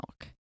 milk